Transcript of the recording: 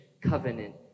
covenant